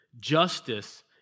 Justice